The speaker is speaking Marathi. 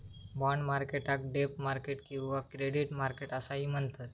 बाँड मार्केटाक डेब्ट मार्केट किंवा क्रेडिट मार्केट असाही म्हणतत